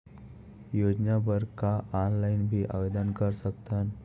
योजना बर का ऑनलाइन भी आवेदन कर सकथन?